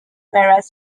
whereas